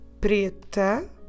Preta